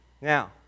Now